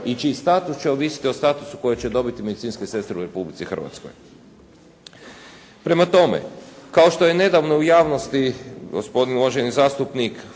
i čiji status će ovisiti o statusu koje će dobiti medicinske sestre u Republici Hrvatskoj. Prema tome, kao što je nedavno u javnosti gospodin uvaženi zastupnik